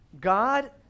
God